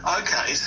okay